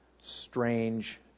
strange